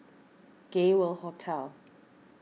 Gay World Hotel